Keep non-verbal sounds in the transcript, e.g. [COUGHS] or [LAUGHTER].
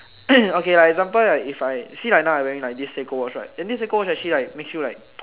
[COUGHS] okay like example like see I now wearing my this Seiko watch right then this Seiko watch actually like makes you like